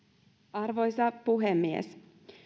arvoisa puhemies